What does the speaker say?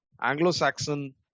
anglo-saxon